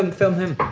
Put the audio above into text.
and film him!